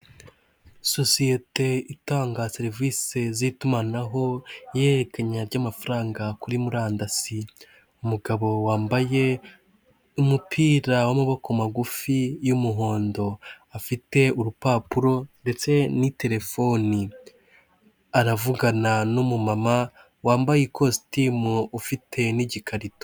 Sosiyete itanga serivisi z'itumanaho ihererekanya ry'amafaranga kuri murandasi, umugabo wambaye umupira w'amaboko magufi y'umuhondo afite urupapuro ndetse n'iterefoni, aravugana n'umumama wambaye ikositimu ufite n'igikarito.